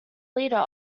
leader